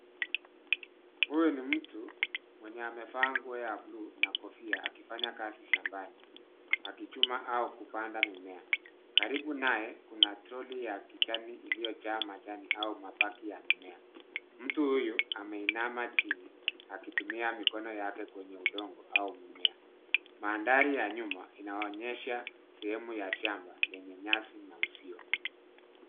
Huyu ni mtu mwenye amevaa nguo ya buluu na kofia akifanya kazi shambani. Akichuma au kupanda mimea. Karibu naye kuna troli ya kijani iliyojaa majani au mapaki ya mimea. Mtu huyu ameinama chini akitumia mikono yake kwenye udongo au mimea. Mandhari ya nyuma inaonyesha sehemu ya shamba lenye nyasi na uzio.